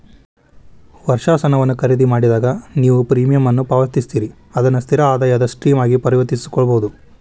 ವರ್ಷಾಶನವನ್ನ ಖರೇದಿಮಾಡಿದಾಗ, ನೇವು ಪ್ರೇಮಿಯಂ ಅನ್ನ ಪಾವತಿಸ್ತೇರಿ ಅದನ್ನ ಸ್ಥಿರ ಆದಾಯದ ಸ್ಟ್ರೇಮ್ ಆಗಿ ಪರಿವರ್ತಿಸಕೊಳ್ಬಹುದು